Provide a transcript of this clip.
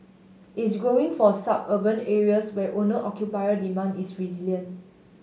is growing for suburban areas where owner occupier demand is resilient